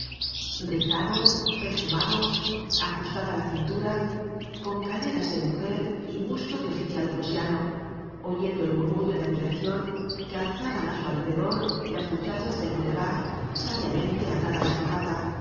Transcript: rizado perfumado ajustada la cintura con caderas de mujer y busto de oficial prusiano oyendo el murmullo de admiracion que alzaban á su alrededor las muchachas del boulevard sabiamente atada la corbata